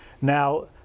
Now